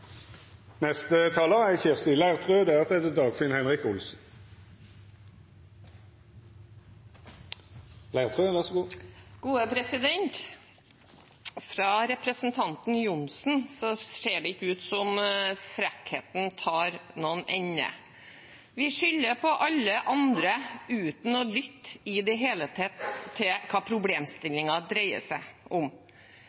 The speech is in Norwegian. Fra representanten Johnsen ser det ikke ut som om frekkheten tar noen ende: Vi skylder på alle andre uten å lytte i det hele tatt til hva